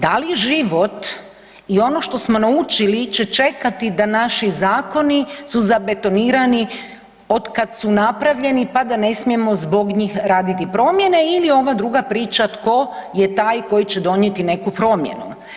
Da li je život i ono što smo naučili će čekati da naši zakoni su zabetonirani otkad su napravljeni pa da ne smijemo zbog njih raditi promjene ili ova druga priča, tko je taj koji će donijeti neku promjenu?